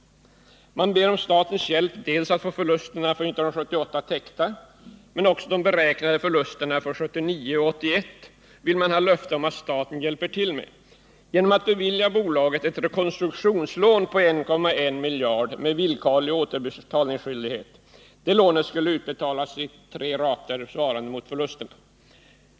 Man ber om statens hjälp att få förlusterna för 1978 täckta, men också de beräknade förlusterna för 1979-1981 vill man ha löfte om att staten hjälper till med, genom att bevilja bolaget ett rekonstruktionslån på 1,1 miljarder med villkorlig återbetalningsskyldighet. Det lånet skulle utbetalas i tre rater svarande mot förlusterna.